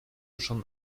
schon